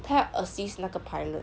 他要 assist 那个 pilot